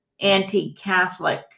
anti-Catholic